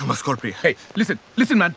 must call priya. hey, listen. listen, man.